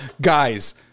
guys